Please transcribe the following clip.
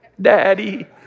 Daddy